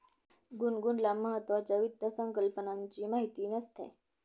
गुनगुनला महत्त्वाच्या वित्त संकल्पनांची माहिती नसते